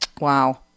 Wow